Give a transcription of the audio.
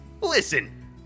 Listen